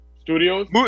Studios